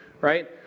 right